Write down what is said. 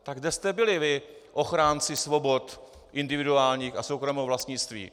Tak kde jste byli, vy ochránci svobod individuálních a soukromého vlastnictví?